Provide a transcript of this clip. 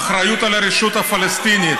האחריות על הרשות הפלסטינית.